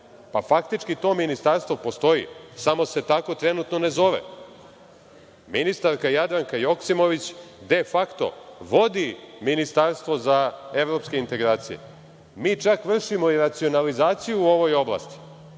faktički to ministarstvo postoji, samo se tako trenutno ne zove. Ministarka Jadranka Joksimović, de facto, vodi ministarstvo za evropske integracije. Mi čak vršimo i racionalizaciju u ovoj oblasti.